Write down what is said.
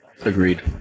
Agreed